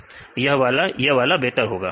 विद्यार्थी 2 यह वाला यह वाला बेहतर क्यों है